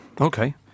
Okay